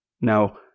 Now